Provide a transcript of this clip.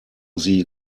sie